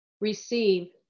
Receive